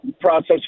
process